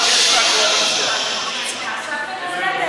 התשע"ז 2017,